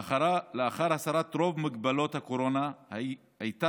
לאחר הסרת רוב מגבלות הקורונה הייתה